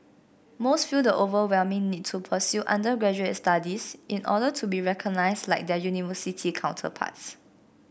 most feel the overwhelming need to pursue undergraduate studies in order to be recognized like their university counterparts